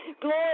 Glory